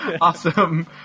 Awesome